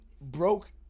broke